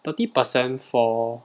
thirty percent for